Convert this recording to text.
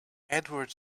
edward